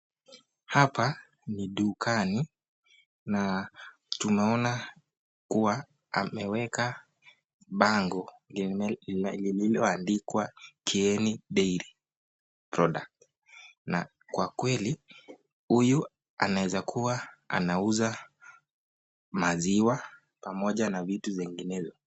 Hapa ni dukani na tunaona kuwa ameweka bango lililoandikwa Kieni Dairy Product na kwa kweli huyu anaweza kuwa anauza maziwa pamoja na vitu zinginezo.